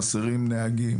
חסרים מלווים.